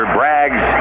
Bragg's